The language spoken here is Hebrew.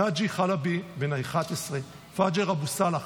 נאג'י אל-חלבי, בן 11, פג'ר אבו סאלח,